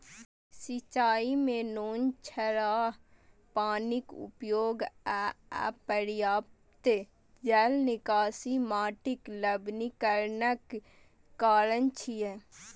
सिंचाइ मे नोनछराह पानिक उपयोग आ अपर्याप्त जल निकासी माटिक लवणीकरणक कारण छियै